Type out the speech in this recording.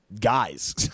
guys